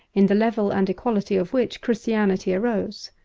in the level and equality of which christianity arose.